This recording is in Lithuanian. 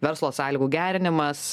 verslo sąlygų gerinimas